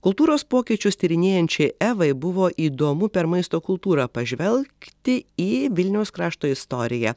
kultūros pokyčius tyrinėjančiai evai buvo įdomu per maisto kultūrą pažvelgti į vilniaus krašto istoriją